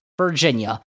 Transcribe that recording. Virginia